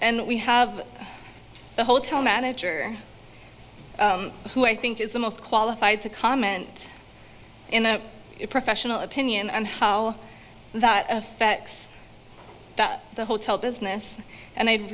and we have the hotel manager who i think is the most qualified to comment in a professional opinion and how that effects the hotel business and i'd